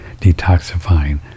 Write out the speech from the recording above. detoxifying